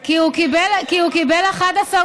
כי הוא קיבל 11 מנדטים.